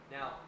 Now